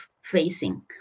facing